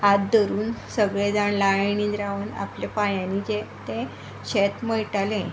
हात धरून सगळें जाण लायणिन रावन आपल्या पायांनी ते शेत मळटाले